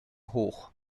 hoch